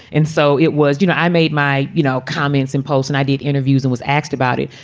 and so it was you know, i made my, you know, comments in polls and i did interviews and was asked about it.